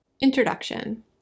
Introduction